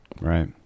Right